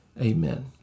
Amen